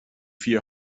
vier